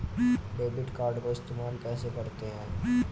Debit card को इस्तेमाल कैसे करते हैं?